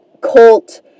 cult